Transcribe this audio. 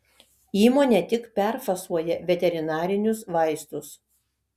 įmonė tik perfasuoja veterinarinius vaistus